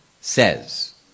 says